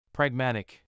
Pragmatic